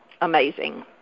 amazing